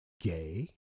gay